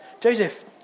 Joseph